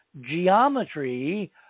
geometry